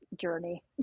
journey